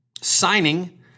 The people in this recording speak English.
signing